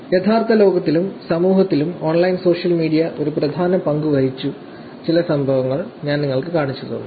യഥാർത്ഥ ലോകത്തിലും സമൂഹത്തിലും ഓൺലൈൻ സോഷ്യൽ മീഡിയ ഒരു പ്രധാന പങ്ക് വഹിച്ച ചില സംഭവങ്ങൾ ഞാൻ നിങ്ങൾക്ക് കാണിച്ചുതന്നു